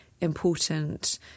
important